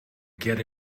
get